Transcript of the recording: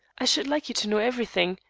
i should like you to know everything,